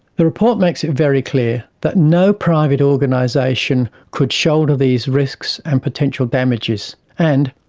the report makes it very clear that no private organisation could shoulder these risks and potential damages and,